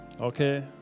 okay